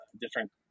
different